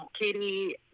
Katie